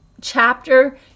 chapter